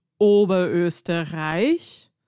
Oberösterreich